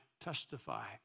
testify